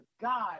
God